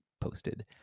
posted